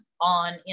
on